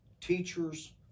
teachers